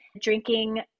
drinking